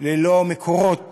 ללא מקורות